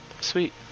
sweet